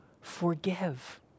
forgive